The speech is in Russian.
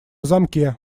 замке